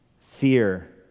fear